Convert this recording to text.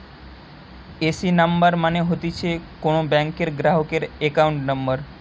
AC number মানে হতিছে কোন ব্যাংকের গ্রাহকের একাউন্ট নম্বর